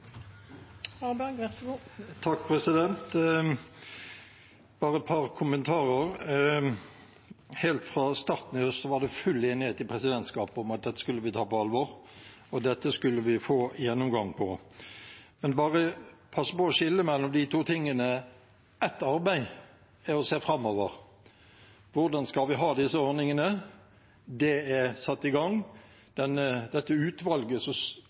bare et par kommentarer. Helt fra starten i høst var det full enighet i presidentskapet om at dette skulle bli tatt på alvor, og dette skulle vi få en gjennomgang av. Vi må passe på å skille mellom to ting. Ett arbeid er å se framover. Hvordan skal vi ha disse ordningene? Det arbeidet er satt i gang. Det utvalget som